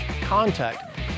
contact